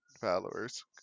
followers